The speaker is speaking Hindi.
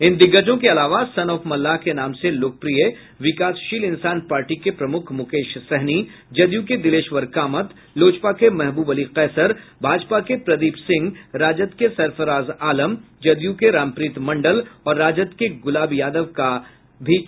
इन दिग्गजों के अलावा सन ऑफ मल्लाह के नाम से लोकप्रिय विकासशील इंसान पार्टी के प्रमुख मुकेश सहनी जदयू के दिलेश्वर कामत लोजपा के महबूब अली कैसर भाजपा के प्रदीप सिंह राजद के सरफराज आलम जदयू के रामप्रीत मंडल और राजद के गुलाब यादव का चुनावी भाग्य भी ईवीएम में बंद हो गया